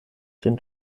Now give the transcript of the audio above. den